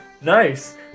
Nice